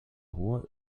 hohe